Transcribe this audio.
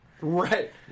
right